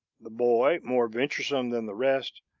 the boy, more venturesome than the rest,